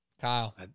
Kyle